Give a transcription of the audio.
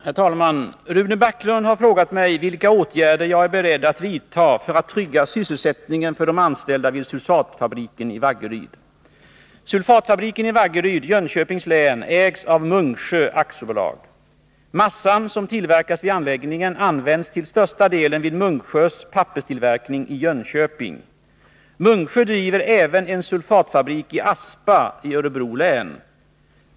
Herr talman! Rune Backlund har frågat mig vilka åtgärder jag är beredd att vidta för att trygga sysselsättningen för de anställda vid sulfatfabriken i Vaggeryd. Sulfatfabriken i Vaggeryd, Jönköpings län, ägs av Munksjö AB. Massan som tillverkas vid anläggningen används till största delen vid Munksjös papperstillverkning i Jönköping. Munksjö driver även en sulfatfabrik i Aspa, Örebro län.